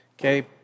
Okay